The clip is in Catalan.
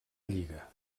lliga